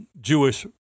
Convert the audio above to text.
Jewish